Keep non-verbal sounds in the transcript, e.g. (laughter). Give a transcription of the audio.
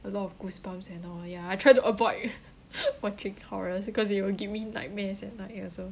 a lot of goosebumps and all ya I try to avoid (laughs) (breath) watching horror because they will give me nightmares at night ya so